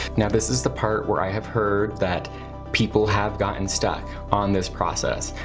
now this is the part where i have heard that people have gotten stuck on this process.